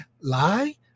lie